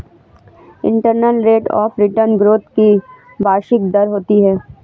internal rate of return growth की वार्षिक दर होती है